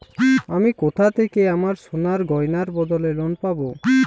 আমি কোথা থেকে আমার সোনার গয়নার বদলে লোন পাবো?